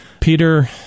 Peter